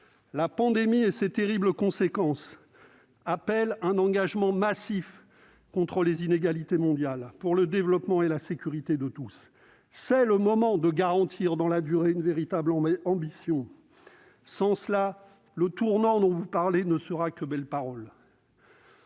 La pandémie et ses terribles conséquences appellent un engagement massif contre les inégalités mondiales, pour le développement et la sécurité de tous. C'est le moment de garantir dans la durée une véritable ambition. Sans cela, le tournant dont vous parlez ne sera que belles paroles.